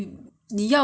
you want something else